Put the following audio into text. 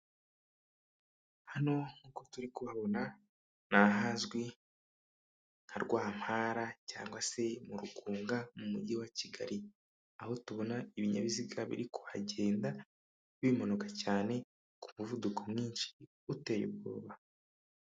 Hano nk'uko turi kuhabona ni ahazwi nka Rwampara cg se mu Rugunga mu mujyi wa Kigali, aho tubona ibinyabiziga biri kuhagenda bimanuka cyane ku muvuduko mwinshi uteye ubwoba.